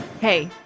Hey